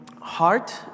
Heart